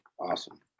Awesome